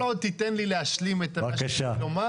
כל עוד תיתן לי להשלים את מה שיש לי לומר,